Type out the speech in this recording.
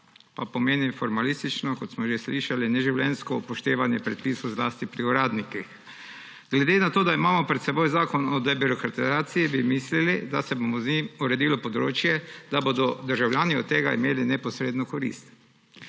pa pomeni formalistično, kot smo že slišali, neživljenjsko upoštevanje prepisov, zlasti pri uradnikih. Glede na to, da imamo pred seboj zakon o debirokratizaciji, bi mislili, da se bo z njim uredilo področje, da bodo državljani od tega imeli neposredno korist.